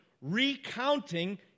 recounting